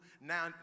now